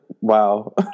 wow